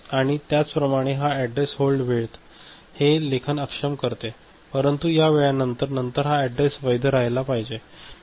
आणि त्याचप्रमाणे हा ऍडरेस होल्ड वेळेत हे लेखन अक्षम करते परंतु या वेळा नंतर हा ऍडरेस वैध राहिला पाहिजे